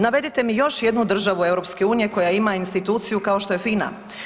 Navedite mi još jednu državu EU koja ima instituciju kao što je FINA.